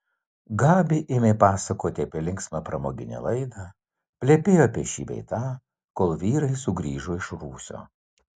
gabi ėmė pasakoti apie linksmą pramoginę laidą plepėjo apie šį bei tą kol vyrai sugrįžo iš rūsio